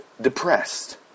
depressed